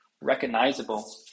recognizable